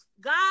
God